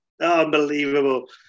unbelievable